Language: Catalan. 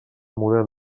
model